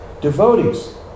Devotees